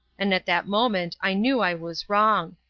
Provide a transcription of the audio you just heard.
and at that moment i knew i was wrong.